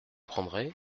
prendrez